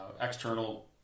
external